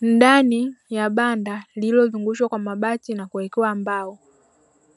Ndani ya banda lililo zungushwa kwa mabati nakuwekewa mbao.